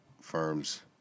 firms